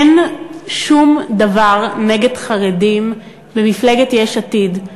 אין שום דבר נגד חרדים למפלגת יש עתיד.